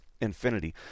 infinity